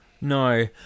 No